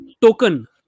token